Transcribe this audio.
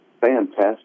fantastic